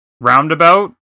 Roundabout